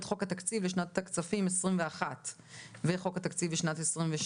חוק התקציב במסגרת שנת הכספים 2021 וחוק התקציב לשנת 2022,